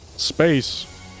Space